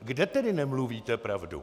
Kde tedy nemluvíte pravdu?